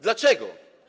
Dlaczego?